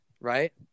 right